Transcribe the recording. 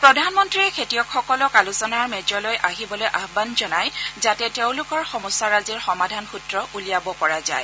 প্ৰধানমন্ত্ৰীয়ে খেতিয়কসকলক আলোচনাৰ মেজলৈ আহিবলৈ আহান জনায় যাতে তেওঁলোকৰ সমস্যাৰাজিৰ সমাধান সূত্ৰ উলিয়াব পৰা যায়